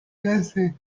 cassé